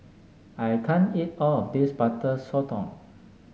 I can't eat all of this Butter Sotong